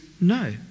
No